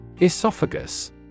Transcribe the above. Esophagus